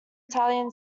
italian